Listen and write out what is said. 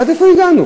עד איפה הגענו?